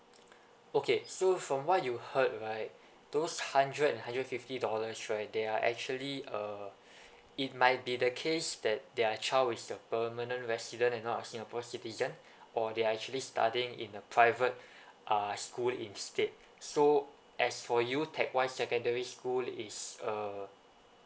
okay so from what you heard right those hundred and hundred fifty dollars right they are actually uh it might be the case that their child is the permanent resident and not a singapore citizen or they are actually studying in a private uh school instead so as for you teck whye secondary school is a